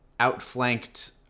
outflanked